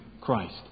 Christ